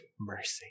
mercy